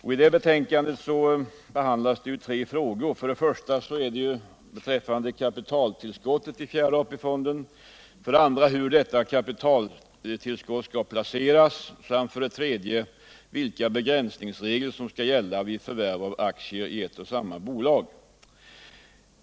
I det betänkandet behandlas tre frågor, nämligen för det första frågan om ett kapitaltillskott till fjärde AP-fonden, för det andra frågan om hur detta kapitaltillskott skall placeras samt för det tredje frågan om vilka begränsningsregler som skall gälla vid förvärv av aktier i ett och samma företag.